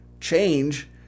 Change